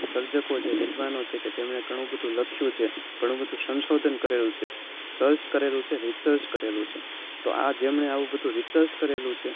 સર્જકો વિદ્વાનો છે કે તેમણે ઘણું બધુ લખ્યું છે ઘણું બધુ સંશોધન કરેલું છે સર્ચ કરેલું છે રિચર્સ કરેલું છે તો આ જેમણે અવું બધુ રિચર્સ કરેલું છે